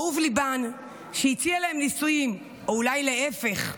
אהוב ליבן הציע להן נישואים, או אולי להפך.